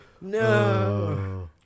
No